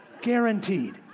Guaranteed